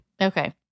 Okay